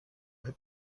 web